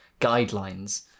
guidelines